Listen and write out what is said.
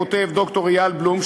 כותב ד"ר אייל בלום,